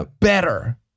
Better